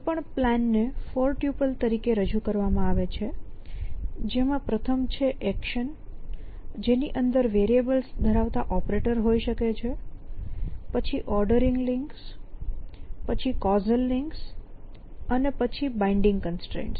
કોઈ પણ પ્લાન ને ફોર ટ્યુપલ તરીકે રજૂ કરવામાં આવે છે જેમાં પ્રથમ છે એકશન જેની અંદર વેરીએબલ ધરાવતા ઓપરેટર હોઈ શકે છે પછી ઓર્ડરીંગ લિંક્સ પછી કૉઝલ લિંક્સ અને પછી બાઈન્ડીંગ કન્સ્ટ્રેન્ટસ